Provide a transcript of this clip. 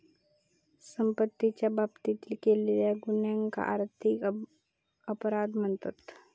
संपत्तीच्या बाबतीत केलेल्या गुन्ह्यांका आर्थिक अपराध म्हणतत